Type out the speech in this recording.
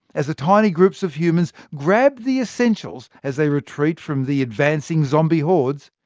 as the tiny groups of humans grab the essentials as they retreat from the advancing zombie hordes,